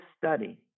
study